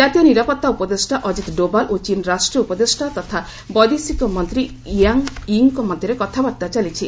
ଜାତୀୟ ନିରାପତ୍ତା ଉପଦେଷ୍ଟା ଅଜିତ୍ ଡୋବାଲ୍ ଓ ଚୀନ୍ ରାଷ୍ଟ୍ରୀୟ ଉପଦେଷ୍ଟା ତତା ବୈଦେଶିକ ମନ୍ତ୍ରୀ ୱାଙ୍ଗ୍ ୟି'ଙ୍କ ମଧ୍ୟରେ କଥାବାର୍ତ୍ତା ଚାଲିଛି